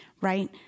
right